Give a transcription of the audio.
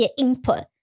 input 。